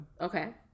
Okay